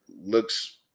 looks –